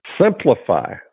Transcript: Simplify